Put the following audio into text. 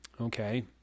okay